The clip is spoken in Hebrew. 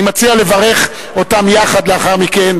אני מציע לברך אותם יחד לאחר מכן,